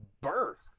birth